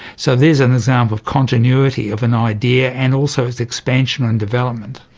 so there's an example of continuity of an idea, and also its expansion and development.